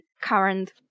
current